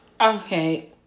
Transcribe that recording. Okay